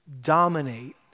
dominate